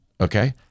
Okay